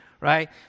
right